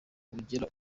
ugira